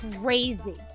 crazy